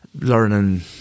learning